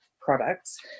products